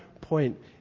point